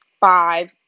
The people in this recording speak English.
five